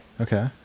Okay